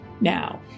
now